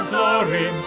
Glory